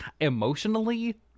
emotionally